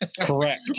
Correct